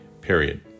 period